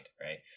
right